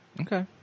Okay